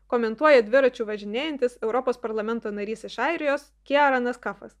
komentuoja dviračiu važinėjantis europos parlamento narys iš airijos keliamas klausimas